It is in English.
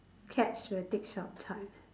cats will take some time